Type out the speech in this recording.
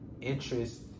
interest